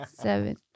seven